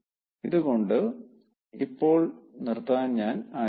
ഇത് കൊണ്ട് ഇപ്പോൾ നിർത്താൻ ഞാൻ ആഗ്രഹിക്കുന്നു